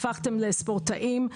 הפכתם לספורטאים,